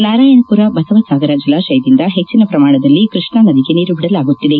ನಾರಾಯಣಪುರ ಬಸವಸಾಗರ ಜಲಾಶಯದಿಂದ ಹೆಚ್ಚಿನ ಪ್ರಮಾಣದಲ್ಲಿ ಕೃಷ್ಣಾ ನದಿಗೆ ಬಿಡಲಾಗುತ್ತಿದೆ